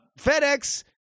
FedEx